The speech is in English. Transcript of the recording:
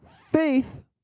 faith